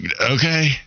okay